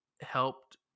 helped